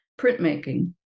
printmaking